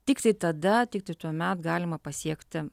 tiktai tada tiktai tuomet galima pasiekti